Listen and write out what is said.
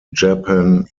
japan